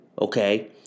Okay